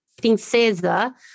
Princesa